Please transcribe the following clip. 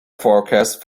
forecast